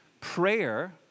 Prayer